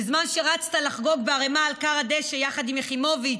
בזמן שרצת לחגוג בערימה על כר הדשא יחד עם יחימוביץ,